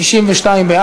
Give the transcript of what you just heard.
סעיפים 1 2 נתקבלו.